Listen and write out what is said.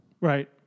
right